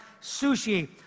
sushi